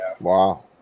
Wow